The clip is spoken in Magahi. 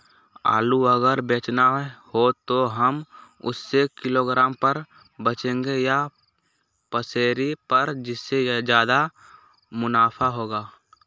आलू अगर बेचना हो तो हम उससे किलोग्राम पर बचेंगे या पसेरी पर जिससे ज्यादा मुनाफा होगा?